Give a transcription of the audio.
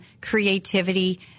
creativity